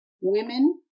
women